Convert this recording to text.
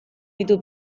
ditu